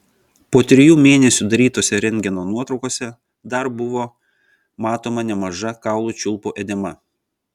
po trijų mėnesių darytose rentgeno nuotraukose dar buvo matoma nemaža kaulų čiulpų edema